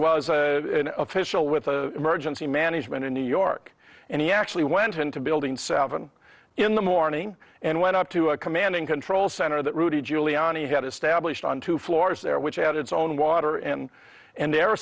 was an official with the emergency management in new york and he actually went into building seven in the morning and went up to a command and control center that rudy giuliani had established on two floors there which had its own water and and their